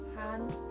Hands